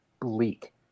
bleak